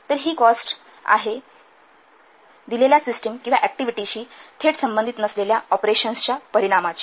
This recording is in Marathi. तर ही कॉस्ट आहे किंवा ही कॉस्ट आहे दिलेल्या सिस्टम किंवा ऍक्टिव्हिटीशी थेट संबंधित नसलेल्या ऑपरेशन्सच्या परिणामाची